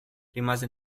rimase